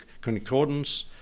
concordance